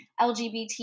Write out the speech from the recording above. LGBT